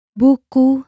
buku